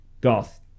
Goth